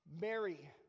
Mary